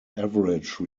average